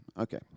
Okay